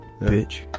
bitch